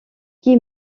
qui